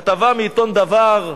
כתבה מעיתון "דבר",